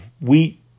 wheat